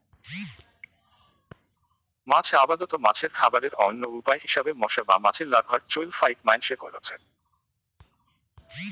মাছ আবাদত মাছের খাবারের অইন্য উপায় হিসাবে মশা বা মাছির লার্ভার চইল ফাইক মাইনষে কইরচে